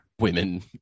Women